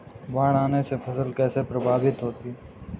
बाढ़ आने से फसल कैसे प्रभावित होगी?